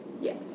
Yes